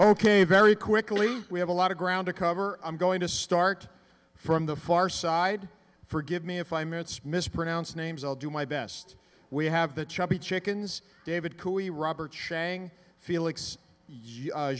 ok very quickly we have a lot of ground to cover i'm going to start from the far side forgive me if i minutes mispronounced names i'll do my best we have the chubby chickens david couey robert shang felix